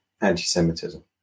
anti-Semitism